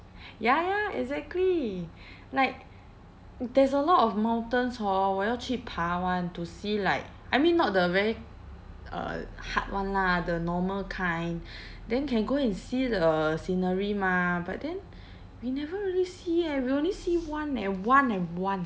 ya ya exactly like there's a lot of mountains hor 我要去爬 [one] to see like I mean not the very uh hard one lah the normal kind then can go and see the scenery mah but then we never really see eh we only see one eh one eh one